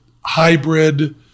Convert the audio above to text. hybrid